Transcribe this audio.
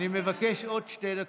אני מבקש עוד שתי דקות.